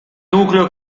nucleo